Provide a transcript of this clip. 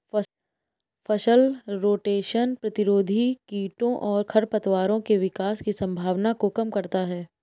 फसल रोटेशन प्रतिरोधी कीटों और खरपतवारों के विकास की संभावना को कम करता है